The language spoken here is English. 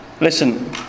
Listen